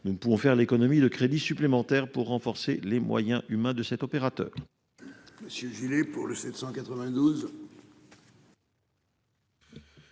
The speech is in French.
nous ne pouvons faire l'économie de crédits supplémentaires pour renforcer les moyens humains de cet opérateur.